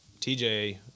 TJ